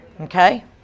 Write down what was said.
Okay